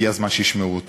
הגיע הזמן שישמעו אותו.